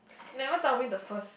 never tell me the first